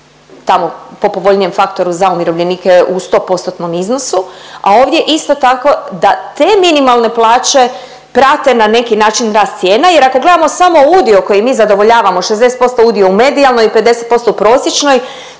tamo po povoljnijem faktoru za umirovljenike u 100%-tnom iznosu, a ovdje isto tako da te minimalne plaće prate na neki način rast cijena jer ako gledamo samo udio koji mi zadovoljavamo 60% udio u medijalnoj i 50% u prosječnoj,